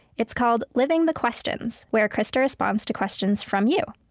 it's called living the questions, where krista responds to questions from you.